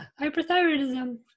hyperthyroidism